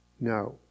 No